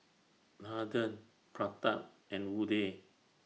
Nathan Pratap and Udai